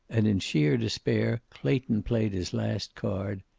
and in sheer despair, clayton played his last card.